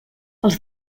els